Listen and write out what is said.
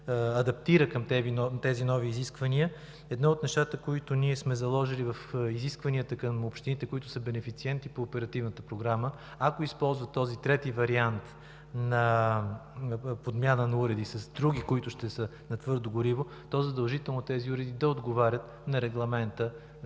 адаптира към тези нови изисквания, едно от нещата, които сме заложили в изискванията към общините, които са бенефициенти по Оперативната програма. Ако използват този трети вариант на подмяна на уреди с други, които ще са на твърдо гориво, то задължително тези уреди да отговарят на Регламента,